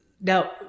Now